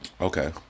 Okay